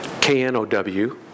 K-N-O-W